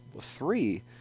three